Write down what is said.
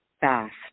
fast